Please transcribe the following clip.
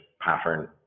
pattern